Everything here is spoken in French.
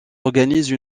organise